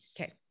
Okay